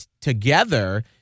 together